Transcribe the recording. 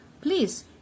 Please